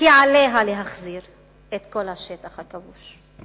כי עליה להחזיר את כל השטח הכבוש.